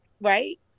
right